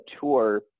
tour